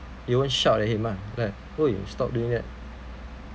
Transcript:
you won't shout at him lah like no you stop doing it